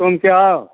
सोमके आउ